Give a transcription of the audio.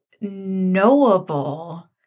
knowable